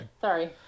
Sorry